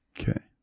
Okay